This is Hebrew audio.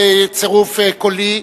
בצירוף קולי,